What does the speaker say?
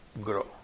grow